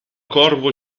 corvo